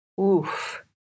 Oof